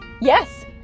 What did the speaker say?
Yes